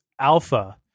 alpha